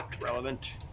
relevant